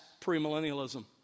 premillennialism